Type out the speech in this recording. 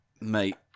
mate